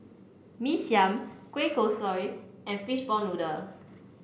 Mee Siam Kueh Kosui and Fishball Noodle